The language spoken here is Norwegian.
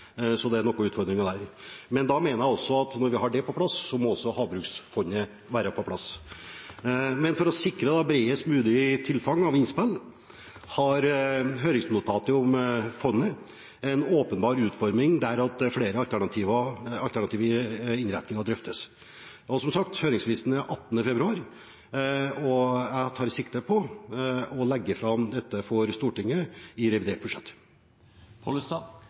så det er noen utfordringer der. Men når vi har det på plass, mener jeg at også havbruksfondet må være på plass. For å sikre bredest mulig tilfang av innspill har høringsnotatet om fondet en åpenbar utforming der flere alternative innretninger drøftes. Og som sagt: Høringsfristen er 18. februar, og jeg tar sikte på å legge fram dette for Stortinget i revidert